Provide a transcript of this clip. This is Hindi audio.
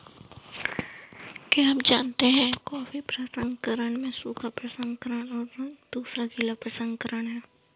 क्या आप जानते है कॉफ़ी प्रसंस्करण में सूखा प्रसंस्करण और दूसरा गीला प्रसंस्करण है?